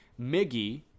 Miggy